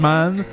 Man